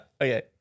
Okay